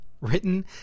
written